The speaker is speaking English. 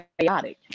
chaotic